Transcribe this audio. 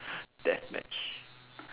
death match